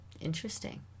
Interesting